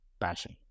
passion